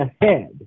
ahead